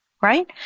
Right